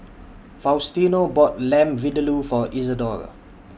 Faustino bought Lamb Vindaloo For Isadore